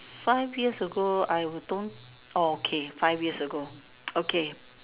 five years ago I would don't okay five years ago okay